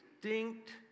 distinct